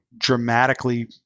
dramatically